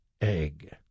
egg